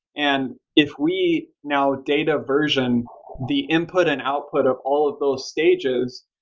and if we now data versioned the input and output of all of those stages,